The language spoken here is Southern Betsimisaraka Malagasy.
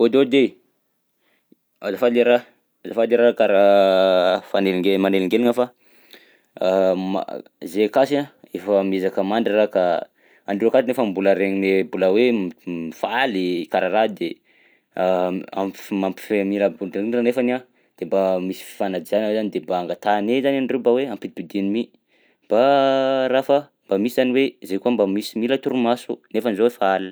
Aodiaody e! Azafady araha, azafady araha karaha fanelinge- manelingeligna fa ma- zahay akasy a efa miezaka mandry raha ka andreo akato nefa mbola regninay mbola hoe m- mifaly karaha araha de am'mpif- mampifanila-bodirindrina nefany a de mba misy fifanajana zany de mba angatahanay zany andreo mba hoe ampidimpidino mi mba raha fa mba misy zany hoe zahay koa mba misy torimaso nefany zao efa alina.